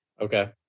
Okay